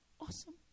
awesome